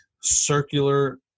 circular